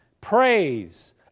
praise